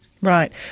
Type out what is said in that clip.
Right